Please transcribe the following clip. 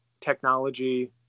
technology